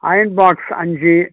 iron box அஞ்சு